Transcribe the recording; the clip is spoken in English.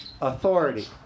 authority